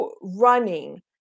running